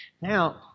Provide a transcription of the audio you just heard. now